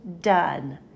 done